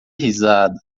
risada